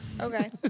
Okay